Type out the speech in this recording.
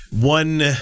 one